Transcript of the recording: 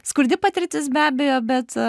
skurdi patirtis be abejo bet